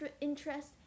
interest